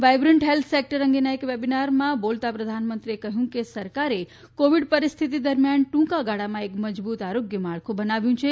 vibrant health sector અંગેના એક વેબિનારમાં બોલતાં પ્રધાનમંત્રીએ કહ્યું કે સરકારે કોવિડ પરિસ્થિતિ દરમિયાન ટૂંકા ગાળામાં એક મજબૂત આરોગ્ય માળખું બનાવ્યું છે